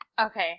Okay